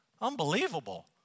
Unbelievable